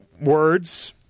words